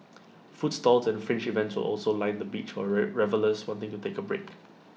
food stalls and fringe events also line the beach for revellers wanting to take A break